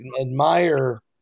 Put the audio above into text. admire